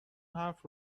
حرف